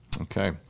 okay